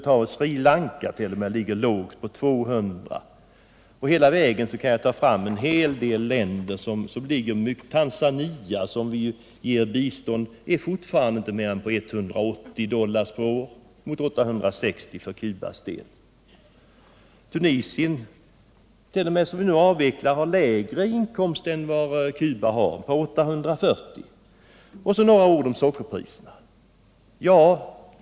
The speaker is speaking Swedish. T. o. m. Sri Lanka ligger lågt med en årsinkomst per capita på 200 dollar. Jag skulle kunna nämna en hel del andra länder som ligger mycket lågt, t.ex. Tanzania som fortfarande inte ligger högre än på 180 dollar per capita och år. Detta skall alltså jämföras med 860 dollar för Cubas del. Tunisien, beträffande vilket land vi håller på att avveckla biståndet till, har lägre inkomst per capita än Cuba, nämligen 840 dollar. Så några ord om sockerpriserna.